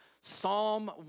Psalm